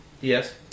Yes